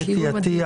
בסדר מכובדיי,